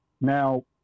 Now